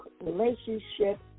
relationship